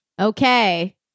Okay